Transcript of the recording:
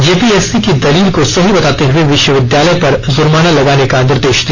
JPSC की दलील को सही बताते हए विश्वविद्यालय पर जुर्माना लगाने का निर्देश दिया